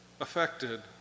Affected